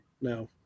No